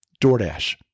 DoorDash